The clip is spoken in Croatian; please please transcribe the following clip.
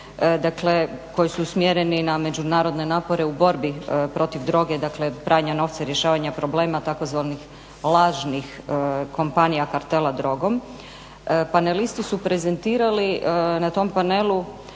dakle koji su usmjereni na međunarodne napore u borbi protiv droge, dakle pranja novca i rješavanja problema, tzv. lažnih kompanija, kartela drogom. Panelisti su prezentirali na tom panelu